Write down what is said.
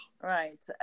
Right